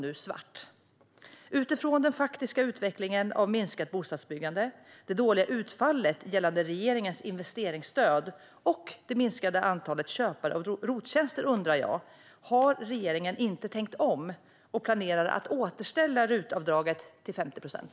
Utifrån den faktiska utvecklingen av minskat bostadsbyggande, det dåliga utfallet gällande regeringens investeringsstöd och det minskade antalet köpare av ROT-tjänster undrar jag: Har regeringen inte tänkt om och planerar att återställa ROT-avdraget till 50 procent?